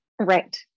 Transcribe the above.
Right